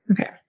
Okay